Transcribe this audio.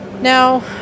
Now